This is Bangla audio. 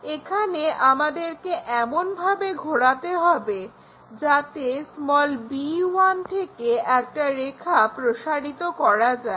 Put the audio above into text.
এখানে আমাদেরকে এমন ভাবে ঘোরাতে হবে যাতে b1 থেকে একটা রেখা প্রসারিত করা যায়